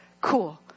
Cool